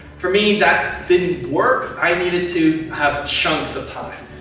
for me, that didn't work. i needed to have chunks of time.